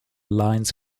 lines